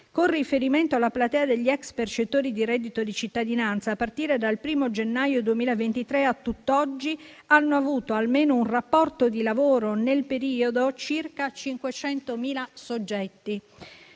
Con riferimento alla platea degli ex percettori di reddito di cittadinanza, a partire dal 1° gennaio 2023 a tutt'oggi hanno avuto almeno un rapporto di lavoro nel periodo circa 500.000 soggetti.